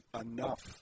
enough